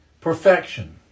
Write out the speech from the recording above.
perfection